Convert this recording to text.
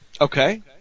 okay